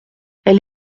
elle